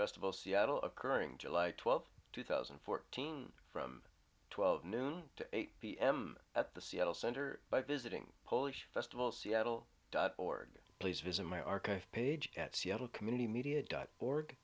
festival seattle occurring july twelfth two thousand and fourteen from twelve noon to eight pm at the seattle center by visiting polish festival seattle dot org please visit my archive page at seattle community media dot org